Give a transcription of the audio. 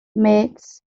mêts